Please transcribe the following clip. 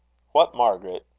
what margaret?